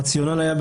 בשעתו הרציונל היה,